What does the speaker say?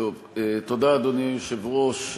תודה, אדוני היושב-ראש.